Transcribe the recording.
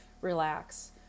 relax